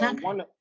one